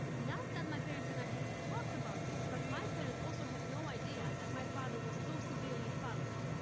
not that my parents and i haven't talked about this, but my parents also had no idea that my father was so severely followed.